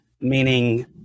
meaning